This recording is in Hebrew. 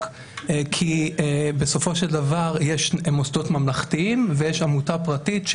כי בסופו של דבר יש מוסדות ממלכתיים ויש עמותה פרטית,